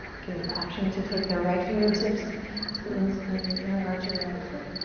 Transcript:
good, option to take their right fingertips to the inner the inner arch of the right foot.